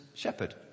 shepherd